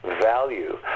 value